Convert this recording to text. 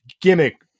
gimmick